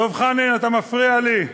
דב חנין, אתה מפריע לי,